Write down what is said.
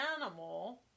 animal